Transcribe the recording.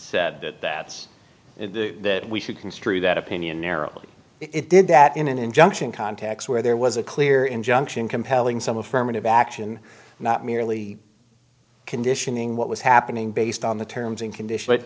said that it's that we should construe that opinion narrowly it did that in an injunction context where there was a clear injunction compelling some affirmative action not merely conditioning what was happening based on the terms and condition